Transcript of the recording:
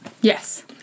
Yes